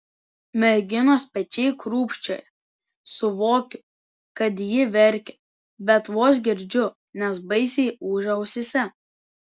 merginos pečiai krūpčioja suvokiu kad ji verkia bet vos girdžiu nes baisiai ūžia ausyse